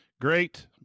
great